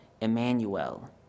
Emmanuel